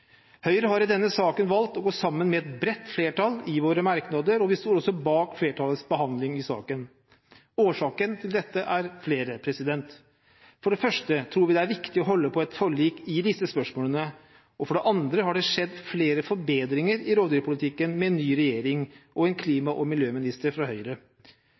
Høyre har i denne saken valgt å gå sammen med et bredt flertall i våre merknader, og vi står også bak flertallets behandling. Årsakene til dette er flere. For det første tror vi det er viktig å holde på et forlik i disse spørsmålene, og for det andre har det skjedd flere forbedringer i rovdyrpolitikken med en ny regjering og en klima- og miljøminister fra Høyre.